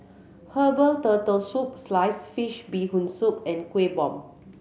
herbal Turtle Soup sliced fish Bee Hoon Soup and Kuih Bom